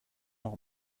leur